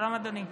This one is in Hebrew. שלום, אדוני,